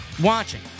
watching